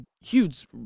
huge